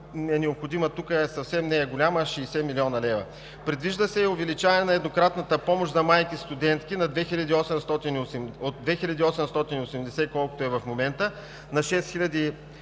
е необходима, съвсем не е голяма – 60 млн. лв. Предвижда се и увеличаване на еднократната помощ за майките студентки от 2880 лв., колкото е в момента, на 6500